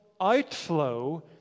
outflow